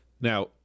now